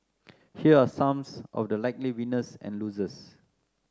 here are some of the likely winners and losers